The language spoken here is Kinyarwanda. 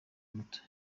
muto